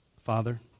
Father